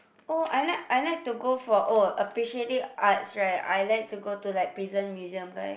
oh I like I like to go for oh appreciating arts right I like to go to like prison musuem kind